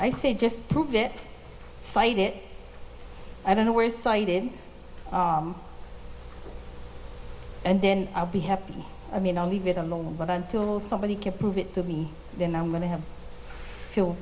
i say just prove it fight it i don't know where cited and then i'll be happy i mean i'll leave it alone but until somebody can prove it to me then i'm going to have